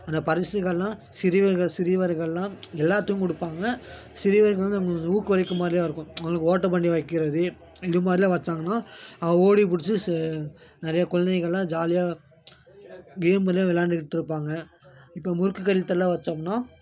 அந்த பரிசுகள்லாம் சிறியவர்கள் சிறியவர்கள்லாம் எல்லாத்துக்கும் கொடுப்பாங்க சிறியவர்கள் வந்து அவங்களுக்கு ஊக்குவிக்கிற மாதிரியா இருக்கும் அவங்களுக்கு ஓட்டப்பந்தயம் வைக்கறது இது மாதிரிலாம் வச்சாங்கன்னா ஓடிப்பிடிச்சி சு நிறையா குழந்தைங்கள்லாம் ஜாலியாக கேம் எல்லாம் வெளாண்டுக்கிட்டிருப்பாங்க இப்போ முறுக்கு கழுத்துலாம் வச்சோம்னா